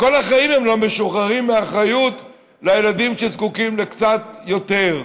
כל החיים הם לא משוחררים מהאחריות לילדים שזקוקים לקצת יותר.